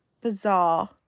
bizarre